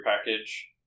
package